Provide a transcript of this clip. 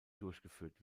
durchgeführt